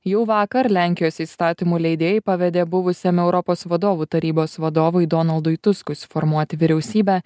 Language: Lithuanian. jau vakar lenkijos įstatymų leidėjai pavedė buvusiam europos vadovų tarybos vadovui donaldui tuskui suformuoti vyriausybę